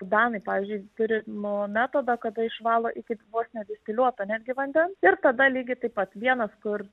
danai pavyzdžiui turi nu metodą kada išvalo iki vos ne distiliuoto netgi vandens ir tada lygiai taip pat vienas kur